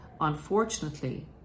unfortunately